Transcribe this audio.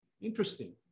interesting